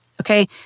Okay